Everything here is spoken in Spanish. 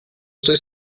estoy